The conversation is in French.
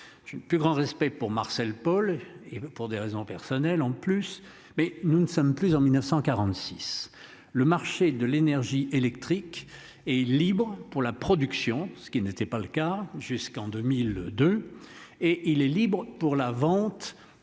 plus grand respect pour Marcel Paul et pour des raisons personnelles. En plus, mais nous ne sommes plus en 1946 le marché de l'énergie électrique est libre pour la production, ce qui n'était pas le cas jusqu'en 2002 et il est libre pour la vente.